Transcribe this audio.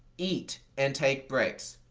eat and take breaks.